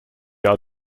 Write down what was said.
are